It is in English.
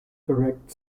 correct